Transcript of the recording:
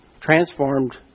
transformed